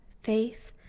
faith